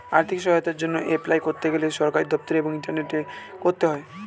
আর্থিক সহায়তার জন্যে এপলাই করতে গেলে সরকারি দপ্তর এবং ইন্টারনেটে করতে হয়